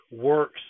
works